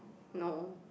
no